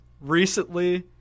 recently